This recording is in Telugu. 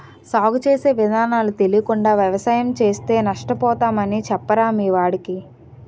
సాగు చేసే విధానాలు తెలియకుండా వ్యవసాయం చేస్తే నష్టపోతామని చెప్పరా మీ వాడికి